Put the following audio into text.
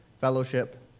fellowship